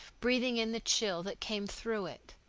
breathing in the chill that came through it.